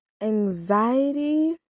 anxiety